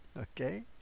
okay